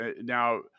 now